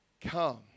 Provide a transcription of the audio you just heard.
come